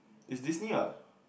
is Disney what